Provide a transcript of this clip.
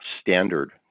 standard